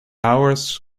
hours